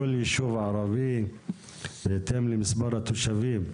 כל יישוב ערבי בהתאם למספר התושבים,